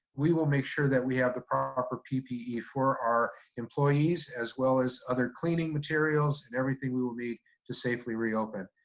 we will make sure that we have the proper ppe for our employees as well as other cleaning materials and everything we will need to safely reopen.